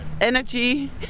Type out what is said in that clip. energy